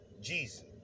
Jesus